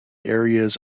areas